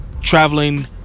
traveling